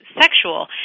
sexual